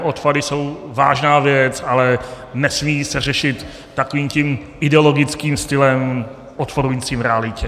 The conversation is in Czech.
Odpady jsou vážná věc, ale nesmí se řešit takovým tím ideologickým stylem odporujícím realitě.